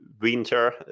Winter